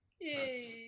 Yay